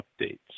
updates